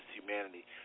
humanity